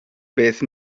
beth